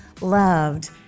loved